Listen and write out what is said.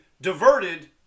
diverted